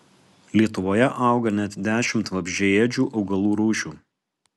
lietuvoje auga net dešimt vabzdžiaėdžių augalų rūšių